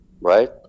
right